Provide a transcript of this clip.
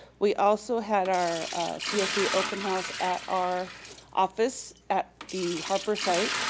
we also had our cfc open house at our office at the harper site,